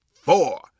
four